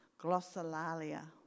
Glossolalia